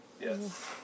Yes